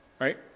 Right